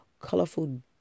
colorful